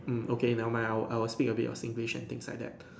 mm okay never mind I would I would speak a bit your Singlish and things like that